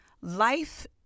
life